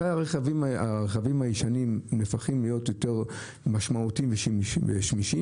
מתי הרכבים הישנים נהפכים להיות משמעותיים ושמישים?